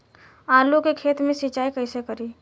आलू के खेत मे सिचाई कइसे करीं?